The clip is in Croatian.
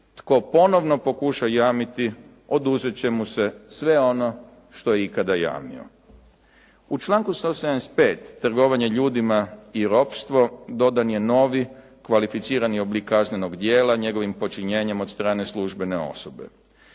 tko ponovno pokuša jamiti oduzet će mu se sve ono što je ikada jamio. U članku 175. trgovanje ljudima i ropstvo dodan je novi kvalificirani oblik kaznenog djela, njegovim počinjenjem od strane službene osobe.